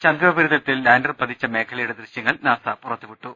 ചന്ദ്രോപരിതലത്തിൽ lander പതിച്ച മേഖലയുടെ ദൃശൃങ്ങൾ നാസ പുറത്തുവിട്ടു